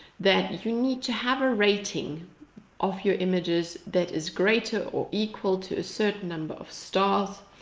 that you need to have a rating of your images, that is greater or equal to a certain number of stars.